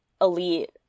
elite